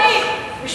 גזענית.